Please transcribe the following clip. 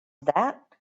that